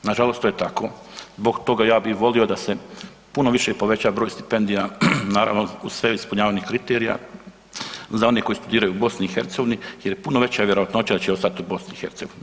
Na žalost to je tako, zbog toga ja bih volio da se puno više poveća broj stipendija, naravno u sferi ispunjavanja kriterija za one koji studiraju u BiH jer je puno veća vjerojatnoća da će ostati u BiH.